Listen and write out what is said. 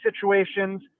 situations